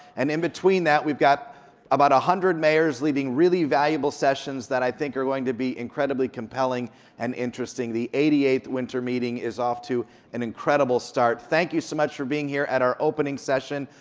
and in between that, we've got about one ah hundred mayors leading really valuable sessions that i think are going to be incredibly compelling and interesting. the eighty eighth winter meeting is off to an incredible start. thank you so much for being here at our opening session.